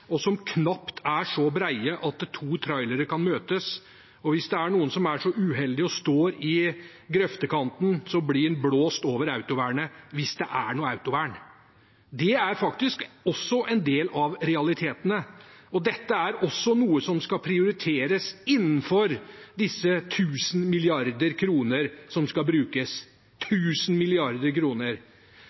men som knapt er så brede at to trailere kan møtes. Og hvis noen er så uheldig å stå i grøftekanten, blir de blåst over autovernet – hvis det er noe autovern. Det er faktisk også en del av realiteten, og dette er også noe som skal prioriteres innenfor disse 1 000 mrd. kr som skal brukes